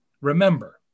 remember